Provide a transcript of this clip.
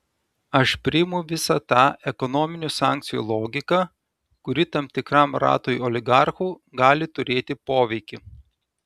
aš priimu visą tą ekonominių sankcijų logiką kuri tam tikram ratui oligarchų gali turėti poveikį